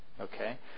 okay